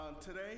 today